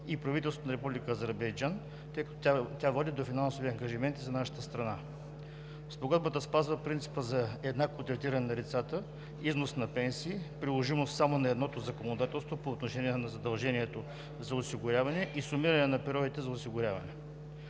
и правителството на Република Азербайджан, тъй като тя води до финансови ангажименти за нашата страна. Спогодбата спазва принципа за еднакво третиране на лицата, износ на пенсии, приложимост само на едното законодателство по отношение на задължението за осигуряване и сумиране на периодите за осигуряване.